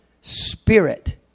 spirit